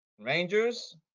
Rangers